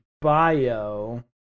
bio